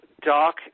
Doc